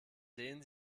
sehen